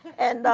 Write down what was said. and.